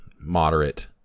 moderate